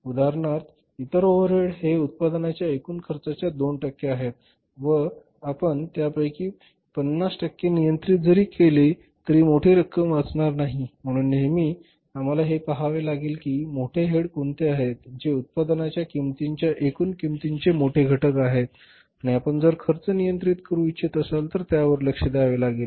उदाहरणार्थ इतर ओव्हरहेड हे उत्पादनाच्या एकूण खर्चाच्या 2 टक्के आहेत व आपण त्यापैकी 50 टक्के नियंत्रित जरी केले तरी मोठी रक्कम वाचणार नाही म्हणून नेहमी आम्हाला हे पहावे लागेल की मोठे हेड कोणते आहेत जे उत्पादनाच्या किंमतीच्या एकूण किंमतीचे मोठे घटक आहेत आणि आपण जर खर्च नियंत्रित करू इच्छित असाल तर त्यावर लक्ष द्यावे लागेल